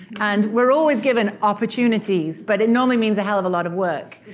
and we're always given opportunities, but it normally means a hell of a lot of work.